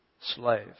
slave